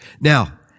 Now